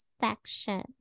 section